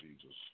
Jesus